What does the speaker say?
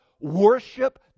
worship